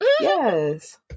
yes